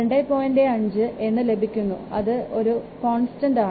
5 എന്ന് ലഭിക്കുന്നു അത് ഒരു കോൺസ്റ്റൻറ് ആണ്